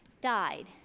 died